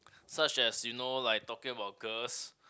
such as you know like talking about girls